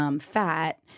fat